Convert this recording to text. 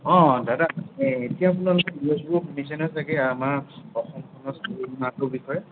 অঁ দাদা এতিয়া আপোনালোকে দিছে নে ছাগৈ আমাৰ অসমখনত বিষয়ে